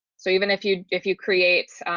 so even if you if you create,